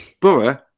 Borough